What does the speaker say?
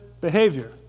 behavior